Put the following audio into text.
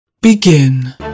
Begin